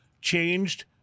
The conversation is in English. changed